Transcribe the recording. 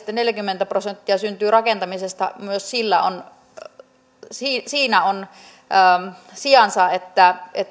jätteistä neljäkymmentä prosenttia syntyy rakentamisesta myös siinä siinä on sijansa että